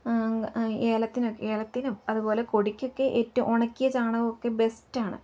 ഏലത്തിനൊക്കെ ഏലത്തിനും അതുപോലെ കൊടിക്കൊക്കെ ഏറ്റവും ഉണക്കിയ ചാണകമൊക്കെ ബെസ്റ്റാണ്